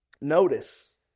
notice